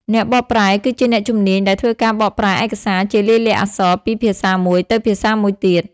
អ្នកបកប្រែ គឺជាអ្នកជំនាញដែលធ្វើការបកប្រែឯកសារជាលាយលក្ខណ៍អក្សរពីភាសាមួយទៅភាសាមួយទៀត។